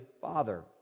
Father